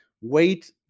wait